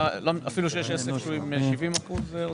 אפילו שיש עסק שהוא עם 70% הוצאות?